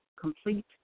complete